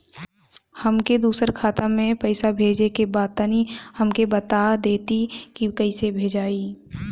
हमके दूसरा खाता में पैसा भेजे के बा तनि हमके बता देती की कइसे भेजाई?